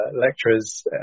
lecturers